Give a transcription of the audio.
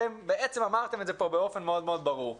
אתם אמרתם את זה באופן ברור.